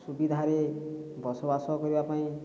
ସୁବିଧାରେ ବସବାସ କରିବା ପାଇଁ